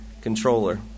controller